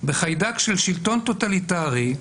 בחיידק של שלטון טוטליטרי,